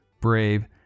brave